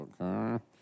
okay